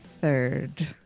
third